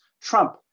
trump